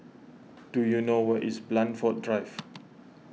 do you know where is Blandford Drive